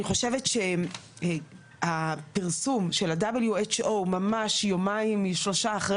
אני חושבת שהפרסום של ה-WHO ממש יומיים שלושה אחרי